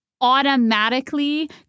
automatically